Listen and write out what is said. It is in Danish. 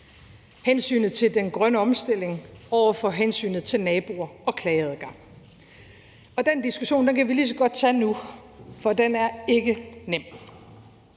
hensynet til den grønne omstilling over for hensynet til naboer og klageadgang. Og den diskussion kan vi lige så godt tage nu, for den er ikke nem.